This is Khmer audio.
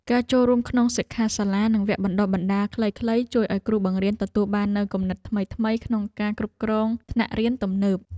ការចូលរួមក្នុងសិក្ខាសាលានិងវគ្គបណ្តុះបណ្តាលខ្លីៗជួយឱ្យគ្រូបង្រៀនទទួលបាននូវគំនិតថ្មីៗក្នុងការគ្រប់គ្រងថ្នាក់រៀនទំនើប។